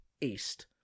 East